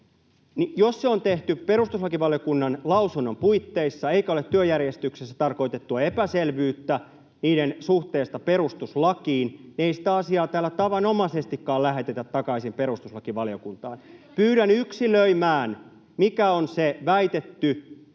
Jos se on tehty perustuslakivaliokunnan lausunnon puitteissa eikä ole työjärjestyksessä tarkoitettua epäselvyyttä niiden suhteesta perustuslakiin, ei sitä asiaa täällä tavanomaisestikaan lähetetä takaisin perustuslakivaliokuntaan. Pyydän yksilöimään, mikä on se väitetty perustuslainvastaisuus